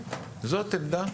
זאת עמדה,